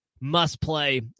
must-play